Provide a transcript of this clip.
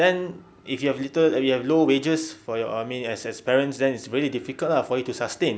then if you have little you have low wages for I mean as as parents then it's really difficult lah for you to sustain